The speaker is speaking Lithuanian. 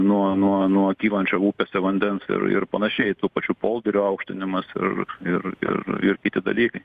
nuo nuo nuo kylančio upėse vandens ir ir panašiai tų pačių polderių aukštinimas ir ir ir ir kiti dalykai